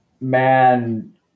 man